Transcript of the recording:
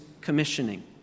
commissioning